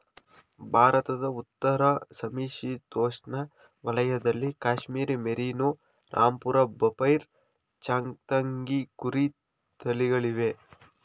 ಭಾರತದ ಉತ್ತರ ಸಮಶೀತೋಷ್ಣ ವಲಯದಲ್ಲಿ ಕಾಶ್ಮೀರಿ ಮೇರಿನೋ, ರಾಂಪುರ ಬಫೈರ್, ಚಾಂಗ್ತಂಗಿ ಕುರಿ ತಳಿಗಳಿವೆ